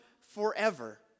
forever